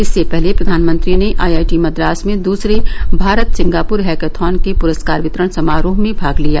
इससे पहले प्रधानमंत्री ने आईआईटी मद्रास में दूसरे भारत सिंगापुर हैकथॉन के पुरस्कार वितरण समारोह में भाग लिया